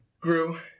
grew